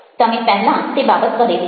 તમે પહેલાં તે બાબત કરેલી છે